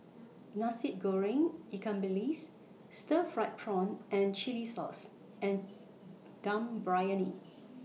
Nasi Goreng Ikan Bilis Stir Fried Prawn and Chili Sauce and Dum Briyani